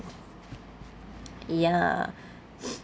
ya